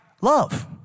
love